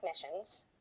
technicians